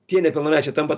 tie nepilnamečiai tampa